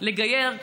לגייר,